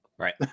Right